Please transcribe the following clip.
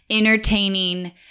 entertaining